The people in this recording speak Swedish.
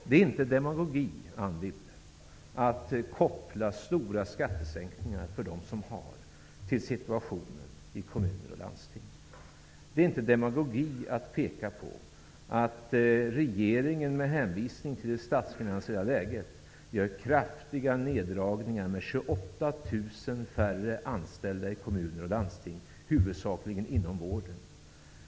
Det är inte demagogi, Anne Wibble, att koppla stora skattesänkningar för dem som redan har till situationen i kommuner och landsting. Det är inte demagogi att peka på att regeringen med hänvisning till det statsfinansiella läget gör kraftiga neddragningar med 28 000 färre anställda i kommuner och landsting, huvudsakligen inom vården.